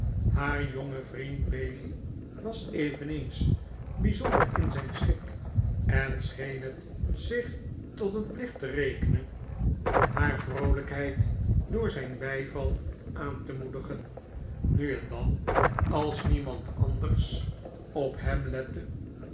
haar jonge vriend bailey was eveneens bijzonder in zijn schik en scheen het zich tot een plicht te rekenen haar vroolijkheid door zijn bijval aan te moedigen nu en dan als niemand anders op hem lette